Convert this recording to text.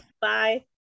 Bye